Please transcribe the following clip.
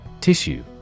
Tissue